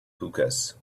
hookahs